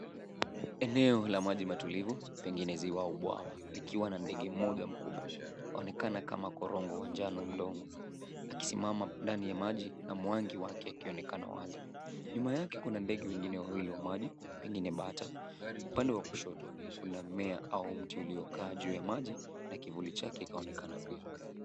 Eneo la maji matulivu pengine ziwa au bwawa likiwa na ndege mmoja mkubwa. Anaonekana kama korongo wa njano mdogo akisimama ndani ya maji na mwangi wake ukionekana wazi. Nyuma yake kuna ndege wengine wawili wa maji pengine bata. Upande wa kushoto kuna mmea au mti uliokaa juu ya maji na kivuli chake chaonekana pia.